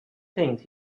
things